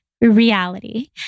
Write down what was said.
reality